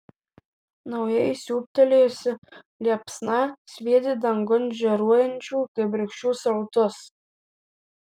naujai siūbtelėjusi liepsna sviedė dangun žėruojančių kibirkščių srautus